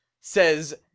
says